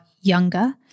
younger